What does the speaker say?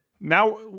Now